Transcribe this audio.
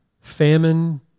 famine